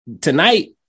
tonight